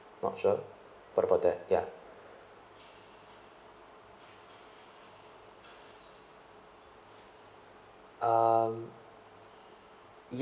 not sure what about that ya um